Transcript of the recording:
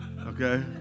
Okay